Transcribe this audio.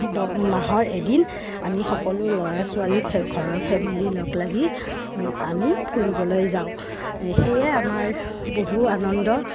মাহৰ এদিন আমি সকলো ল'ৰা ছোৱালীে ঘৰৰ ফেমিলি লগ লাগি আমি ফুৰিবলৈ যাওঁ সেয়ে আমাৰ বহু আনন্দ